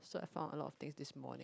so I found a lot of things this morning